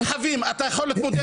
--- מרחבים, אתה יכול להתמודד עם זה?